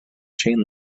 chain